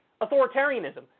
authoritarianism